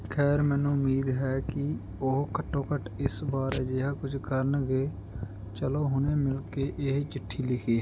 ਖੈਰ ਮੈਨੂੰ ਉਮੀਦ ਹੈ ਕਿ ਉਹ ਘੱਟੋ ਘੱਟ ਇਸ ਵਾਰ ਅਜਿਹਾ ਕੁਝ ਕਰਨਗੇ ਚਲੋ ਹੁਣੇ ਮਿਲ ਕੇ ਇਹ ਚਿੱਠੀ ਲਿਖੀਏ